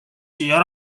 siia